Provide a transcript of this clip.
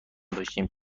داشتیم